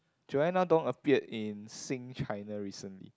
Joanna-Dong appeared in Sing-China recently